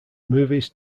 movies